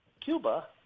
Cuba